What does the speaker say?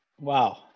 Wow